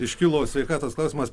iškilo sveikatos klausimas